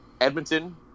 Edmonton